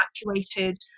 evacuated